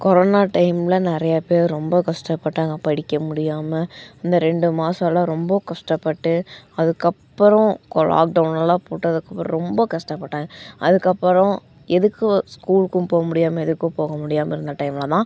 corona டைமில் நிறையா பேர் ரொம்ப கஷ்டப்பட்டாங்க படிக்க முடியாமல் இந்த ரெண்டு மாதலாம் ரொம்ப கஷ்டப்பட்டு அதுக்கப்புறம் கோ லாக்டவுனெல்லாம் போட்டதுக்கப்புறம் ரொம்ப கஷ்டப்பட்டாங்க அதுக்கப்புறம் எதுக்கும் ஸ்கூலுக்கும் போக முடியாமல் எதுக்கும் போக முடியாமல் இருந்த டைமில் தான்